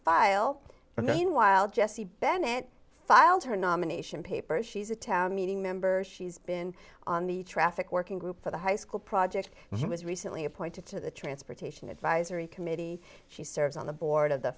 i mean while jessie bennett filed her nomination papers she's a town meeting members she's been on the traffic working group for the high school project and she was recently appointed to the transportation advisory committee she serves on the board of the